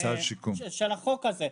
שחולשת עליה המחוז הזה?